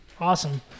Awesome